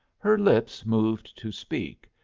her lips moved to speak,